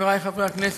חברי חברי הכנסת,